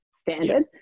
Standard